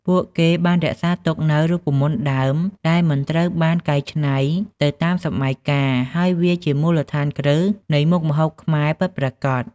ពួកគេបានរក្សាទុកនូវ រូបមន្តដើម ដែលមិនត្រូវបានកែច្នៃទៅតាមសម័យកាល ហើយវាជាមូលដ្ឋានគ្រឹះនៃមុខម្ហូបខ្មែរពិតប្រាកដ។